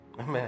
Amen